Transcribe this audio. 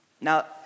Now